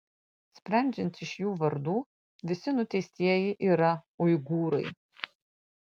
sprendžiant iš jų vardų visi nuteistieji yra uigūrai